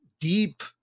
deep